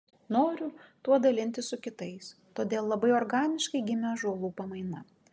noriu tuo dalintis su kitais todėl labai organiškai gimė ąžuolų pamaina